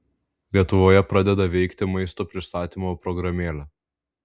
lietuvoje pradeda veikti maisto pristatymo programėlė